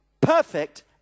perfect